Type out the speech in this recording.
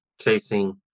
chasing